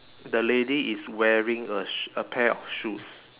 the lady is wearing a sh~ a pair of shoes